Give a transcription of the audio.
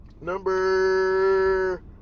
Number